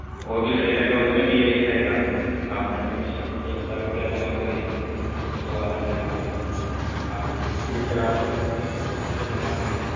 وہ بھی صحیح رہے گا اس میں بھی یہی رہے گا آپ مہینے میں ایک ہزار روپیہ جمع کریں دو ہزار جمع کریں آپ کو جس طرح آپ کو سہولیت ہو اس طرح جمع کریں